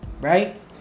right